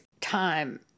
time